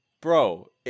Bro